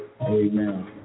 amen